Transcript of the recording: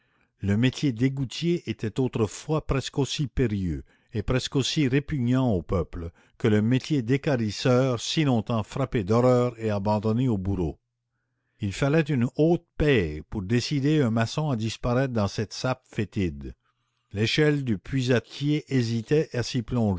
le métier d'égoutier était autrefois presque aussi périlleux et presque aussi répugnant au peuple que le métier d'équarrisseur si longtemps frappé d'horreur et abandonné au bourreau il fallait une haute paye pour décider un maçon à disparaître dans cette sape fétide l'échelle du puisatier hésitait à s'y plonger